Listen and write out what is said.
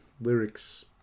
lyrics